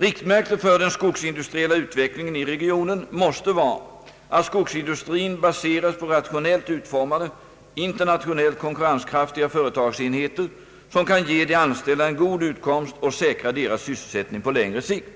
Riktmärket för den skogsindustriella utvecklingen i regionen måste vara att skogsindustrin baseras på rationellt utformade, internationellt konkurrenskraftiga företagsenheter som kan ge de anställda en god utkomst och säkra deras sysselsättning på längre sikt.